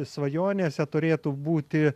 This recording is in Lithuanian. svajonėse turėtų būti